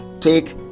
take